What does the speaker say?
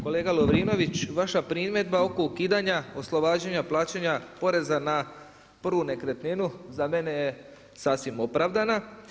Kolega Lovrinović, vaša primjedba oko ukidanja oslobađanja plaćanja poreza na prvu nekretninu za mene je sasvim opravdana.